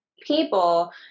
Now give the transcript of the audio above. people